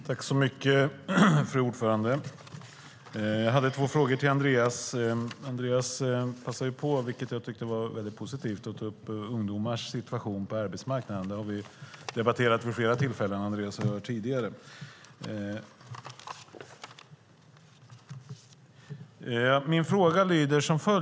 Fru talman! Jag hade två frågor till Andreas Carlson. Han passade på, vilket jag tyckte var väldigt positivt, att ta upp ungdomars situation på arbetsmarknaden. Detta har Andreas och jag debatterat vid flera tillfällen tidigare.